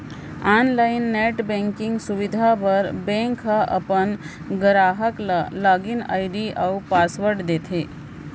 online net banking सुबिधा बर bank ह अपन गराहक ल लॉगिन आईडी अउ पासवर्ड देथे